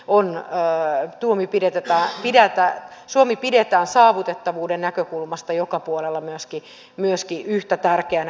on väärin tuomi pidetä tahtia että suomea pidetään saavutettavuuden näkökulmasta joka puolella myöskin yhtä tärkeänä